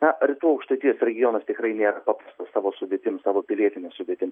na rytų aukštaitijos regionas tikrai nėra paprastas savo sudėtim savo pilietine sudėtim